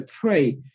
pray